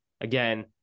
again